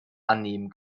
annehmen